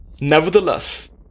Nevertheless